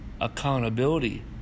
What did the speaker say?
accountability